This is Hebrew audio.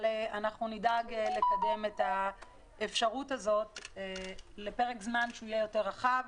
אבל אנחנו נדאג לקדם את האפשרות לפרק זמן רחב